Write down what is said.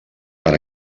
per